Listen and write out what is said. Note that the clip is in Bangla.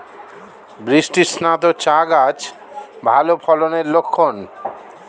বৃষ্টিস্নাত চা গাছ ভালো ফলনের লক্ষন